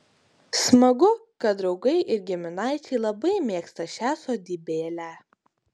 smagu kad draugai ir giminaičiai labai mėgsta šią sodybėlę